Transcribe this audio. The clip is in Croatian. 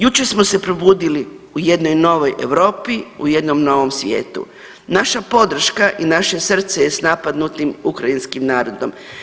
Jučer smo se probudili u jednoj novoj Europi, u jednom novom svijetu, naša podrška i naše srce je s napadnutim ukrajinskim narodom.